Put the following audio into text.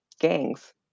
gangs